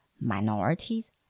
minorities